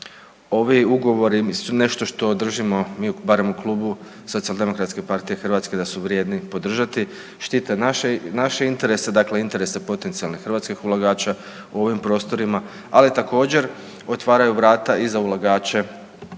ovi Ugovori su nešto što držimo, mi barem u Klubu SDP-a Hrvatske da su vrijedni podržati, štite naše interese, dakle interese potencijalnih hrvatskih ulagača u ovim prostorima, ali također, otvaraju vrata i za ulagače